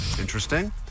Interesting